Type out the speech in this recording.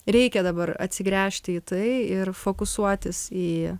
reikia dabar atsigręžti į tai ir fokusuotis į